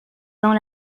dans